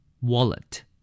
wallet